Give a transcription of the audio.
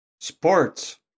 Sports